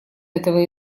этого